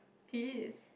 he is